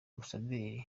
ambasaderi